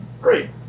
Great